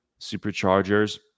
superchargers